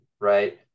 right